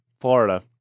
Florida